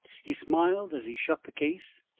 he smiled as he shut the case,